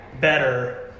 better